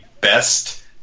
best